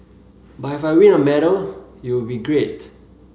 but if I win a medal it will be great